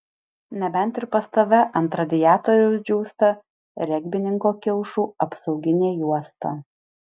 nebent ir pas tave ant radiatoriaus džiūsta regbininko kiaušų apsauginė juosta